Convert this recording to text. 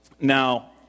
Now